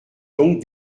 donc